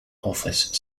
office